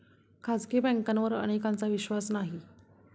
खाजगी बँकांवर अनेकांचा विश्वास नाही